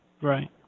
Right